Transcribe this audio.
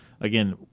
Again